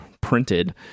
printed